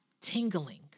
Tingling